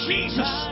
Jesus